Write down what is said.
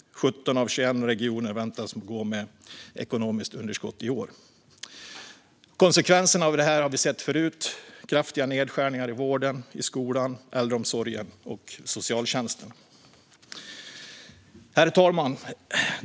Av 21 regioner väntas 17 gå med ekonomiskt underskott i år. Konsekvenserna av detta har vi sett förut: kraftiga nedskärningar i vården, skolan, äldreomsorgen och socialtjänsten. Herr talman!